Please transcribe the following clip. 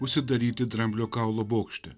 užsidaryti dramblio kaulo bokšte